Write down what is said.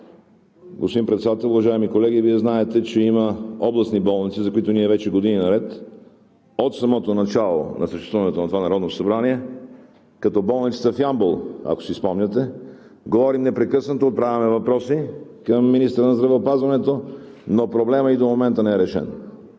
Господин Председател, уважаеми колеги, Вие знаете, че има областни болници, за които ние вече години наред, от самото начало на съществуването на това Народно събрание, като болницата в Ямбол, ако си спомняте, говорим непрекъснато, отправяме въпроси към министъра на здравеопазването, но проблемът и до момента не е решен.